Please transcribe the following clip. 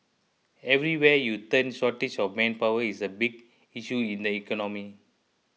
everywhere you turn shortage of manpower is a big issue in the economy